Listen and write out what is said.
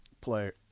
player